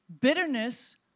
Bitterness